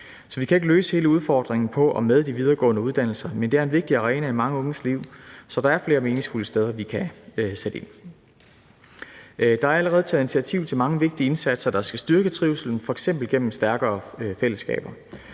Så vi kan ikke løse hele udfordringen på og med de videregående uddannelser, men det er en vigtig arena i mange unges liv, så der er flere meningsfulde steder, vi kan sætte ind. Der er allerede taget initiativ til mange vigtige indsatser, der skal styrke trivslen, f.eks. gennem stærkere fællesskaber.